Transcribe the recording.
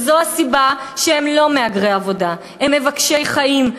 לכן הם לא מהגרי עבודה, הם מבקשי חיים.